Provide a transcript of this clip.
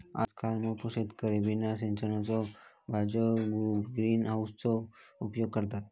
आजकल मोप शेतकरी बिना सिझनच्यो भाजीयो उगवूक ग्रीन हाउसचो उपयोग करतत